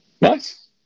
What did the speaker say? Nice